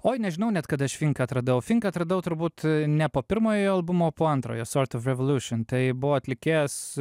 oi nežinau net kada aš finką atradau finką atradau turbūt ne po pirmojo albumo o po antrojo sort of revolution buvo atlikėjas